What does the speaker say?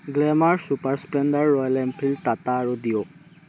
glamour Super Splendor Royal Enfield Tata আৰু দিয়ক